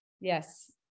Yes